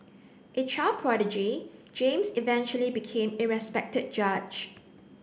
a child prodigy James eventually became a respected judge